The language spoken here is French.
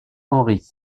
henry